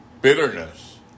bitterness